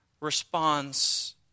responds